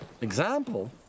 Example